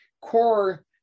core